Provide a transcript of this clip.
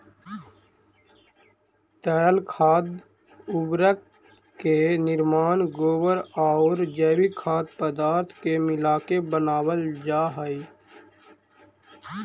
तरल खाद उर्वरक के निर्माण गोबर औउर जैविक पदार्थ के मिलाके बनावल जा हई